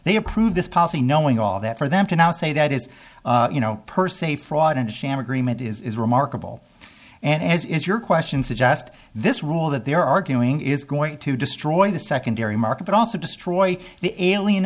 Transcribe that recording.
they approved this policy knowing all that for them to now say that is you know per se fraud and sham agreement is remarkable and as is your question suggest this rule that they're arguing is going to destroy the secondary market but also destroy the alien